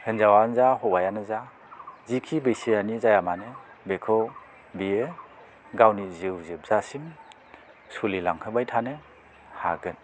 हिनजावानो जा हौवायानो जा जिखि बैसोयानो जायामानो बेखौ बियो गावनि जिउ जोबजासिम सलिलांहोबाय थानो हागोन